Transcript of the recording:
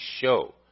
show